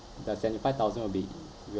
the twenty five thousand will be will